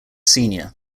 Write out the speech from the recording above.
senior